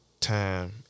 time